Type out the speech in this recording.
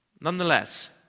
Nonetheless